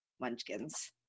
munchkins